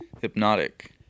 Hypnotic